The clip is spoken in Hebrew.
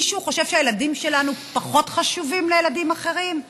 מישהו חושב שהילדים שלנו פחות חשובים מילדים אחרים?